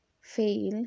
fail